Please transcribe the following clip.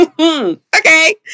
okay